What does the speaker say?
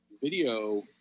video